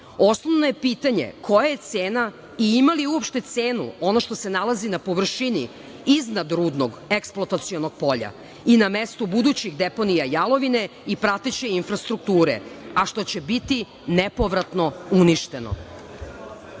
je pitanje koja je cena i ima li uopšte cenu ono što se nalazi na površini iznad rudnog eksploatacionog polja i na mestu budućih deponija jalovine i prateće infrastrukture, a što će biti nepovratno uništeno. Akademik